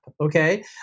okay